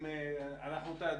אם כך, אושר ואושר.